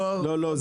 לא,